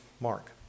Mark